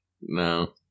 No